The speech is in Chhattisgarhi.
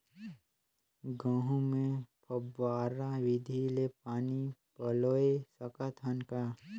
गहूं मे फव्वारा विधि ले पानी पलोय सकत हन का?